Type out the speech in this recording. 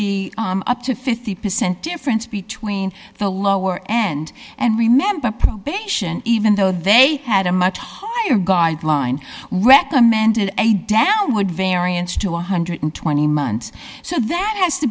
be up to fifty percent difference between the lower end and remember probation even though they had a much higher guideline recommended a downward variance to one hundred and twenty months so that has to